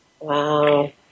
Wow